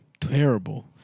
Terrible